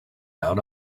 down